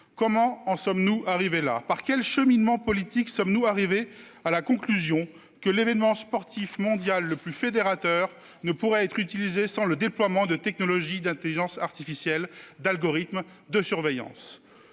Comment en sommes-nous arrivés là ? Par quel cheminement politique est-on parvenu à la conclusion que l'événement sportif mondial le plus fédérateur ne pourrait être organisé sans le déploiement de technologies d'intelligence artificielle et d'algorithmes de surveillance ?